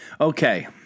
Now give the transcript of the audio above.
okay